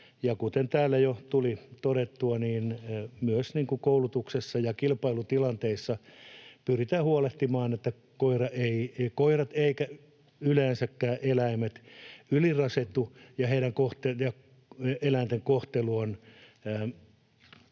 Kuten täällä jo tuli todettua, niin myös koulutuksessa ja kilpailutilanteissa pyritään huolehtimaan, että eivät koirat eivätkä yleensäkään eläimet ylirasitu ja eläinten kohtelu on